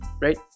right